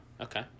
Okay